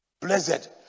blessed